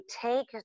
take